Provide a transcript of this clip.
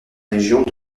régions